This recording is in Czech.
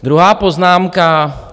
Druhá poznámka.